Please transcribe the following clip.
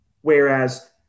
Whereas